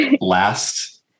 Last